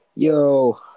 Yo